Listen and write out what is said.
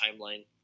timeline